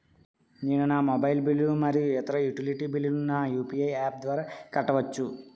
నేను నా మొబైల్ బిల్లులు మరియు ఇతర యుటిలిటీ బిల్లులను నా యు.పి.ఐ యాప్ ద్వారా కట్టవచ్చు